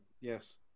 Yes